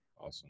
Awesome